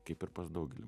kaip ir pas daugelį